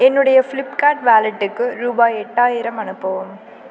என்னுடைய ஃப்ளிப்கார்ட் வாலெட்டுக்கு ரூபாய் எட்டாயிரம் அனுப்பவும்